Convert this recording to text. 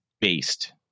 based